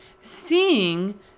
seeing